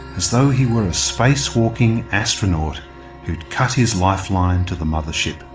as though he were a space-walking astronaut who had cut his lifeline to the mother-ship.